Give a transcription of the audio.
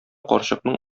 карчыкның